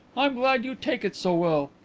i'm glad you take it so well.